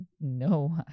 no